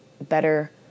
better